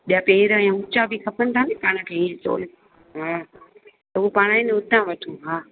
ॿिया पेर ऐं उच्चा बि खपनि था नी पाण खे ईअं हा त हू पाण ई हुतां वठूं हा